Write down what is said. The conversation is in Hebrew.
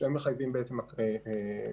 שהם מחייבים לא הקפאה,